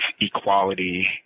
equality